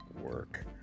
work